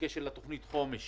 כאן לתוכנית החומש